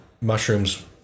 mushrooms